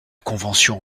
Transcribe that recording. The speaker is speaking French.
convention